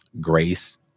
Grace